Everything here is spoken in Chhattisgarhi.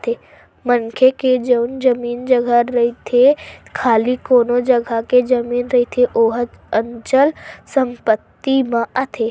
मनखे के जउन जमीन जघा रहिथे खाली कोनो जघा के जमीन रहिथे ओहा अचल संपत्ति म आथे